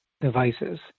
devices